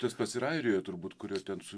tas pats ir airijoje turbūt kuris ten su